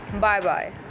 Bye-bye